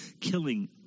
killing